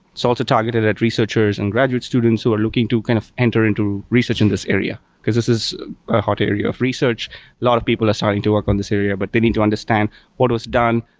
sort of targeted at researchers and graduate students who are looking to kind of enter into research in this area, because this is a hard area of research. a lot of people are starting to work on this area, but they need to understand what was done,